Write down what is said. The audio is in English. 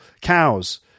cows